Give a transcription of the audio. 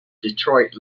detroit